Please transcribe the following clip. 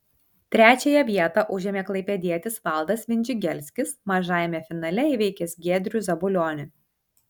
trečiąją vietą užėmė klaipėdietis valdas vindžigelskis mažajame finale įveikęs giedrių zabulionį